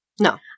No